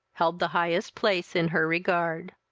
held the highest place in her regard.